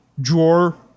drawer